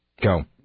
Go